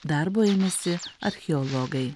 darbo ėmėsi archeologai